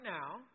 now